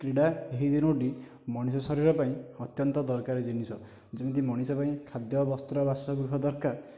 କ୍ରୀଡ଼ା ଏହି ତିନୋଟି ମଣିଷ ଶରୀର ପାଇଁ ଅତ୍ୟନ୍ତ ଦରକାରୀ ଜିନିଷ ଯେମିତି ମଣିଷ ପାଇଁ ଖାଦ୍ୟ ବସ୍ତ୍ର ବାସ ଗୃହ ଦରକାର